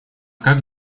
как